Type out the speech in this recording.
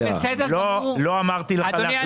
לא אמרתי לך לחזור.